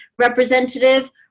representative